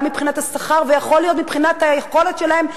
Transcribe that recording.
גם מבחינת השכר ויכול להיות שמבחינת היכולת שלהן,